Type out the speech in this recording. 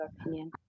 opinion